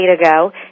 ago